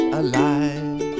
alive